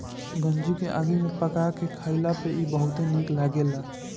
गंजी के आगी में पका के खइला पर इ बहुते निक लगेला